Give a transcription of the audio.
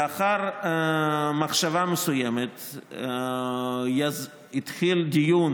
לאחר מחשבה מסוימת התחיל דיון,